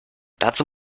dazu